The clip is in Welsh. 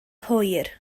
hwyr